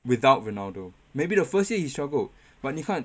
without ronaldo maybe the first day he struggled but 你看